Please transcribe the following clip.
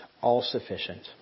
all-sufficient